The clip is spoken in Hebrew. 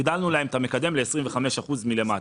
הגדלנו להם את המקדם ל-25% מלמטה.